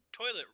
toilet